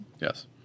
yes